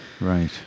Right